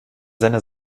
seiner